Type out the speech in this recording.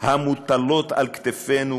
המוטל על כתפינו,